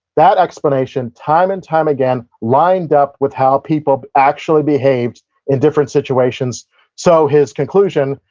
that explanation, time and time again, lined up with how people actually behaved in different situations so, his conclusion,